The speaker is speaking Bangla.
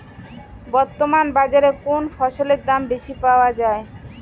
বর্তমান বাজারে কোন ফসলের দাম বেশি পাওয়া য়ায়?